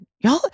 Y'all